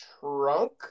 Trunk